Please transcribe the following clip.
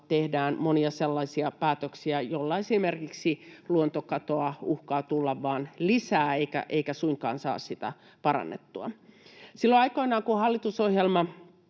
tehdään monia sellaisia päätöksiä, joilla esimerkiksi luontokatoa uhkaa tulla vaan lisää eikä suinkaan saada sitä parannettua. Silloin aikoinaan kun hallitusohjelma